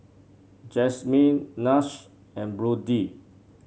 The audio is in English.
Jasmine Nash and Brody